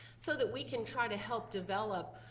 so that we can try to help develop